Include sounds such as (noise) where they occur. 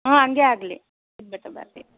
ಹಾಂ ಹಾಗೆ ಆಗಲಿ (unintelligible)